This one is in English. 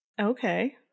Okay